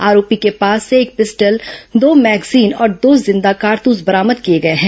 आरोपी के पास से एक पिस्टल दो मैगजीन और दो जिंदा कारतुस बरामद किए गए हैं